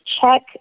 check